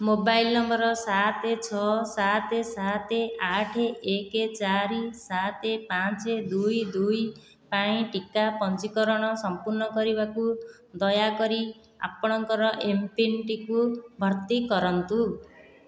mobile ନମ୍ବର ସାତ ଛଅ ସାତ ସାତ ଆଠ ଏକ ଚାରି ସାତ ପାଞ୍ଚ ଦୁଇ ଦୁଇ ପାଇଁ ଟିକା ପଞ୍ଜୀକରଣ ସମ୍ପୂର୍ଣ୍ଣ କରିବାକୁ ଦୟାକରି ଆପଣଙ୍କର ଏମ୍ପିନ୍ଟିକୁ ଭର୍ତ୍ତି କରନ୍ତୁ